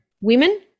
women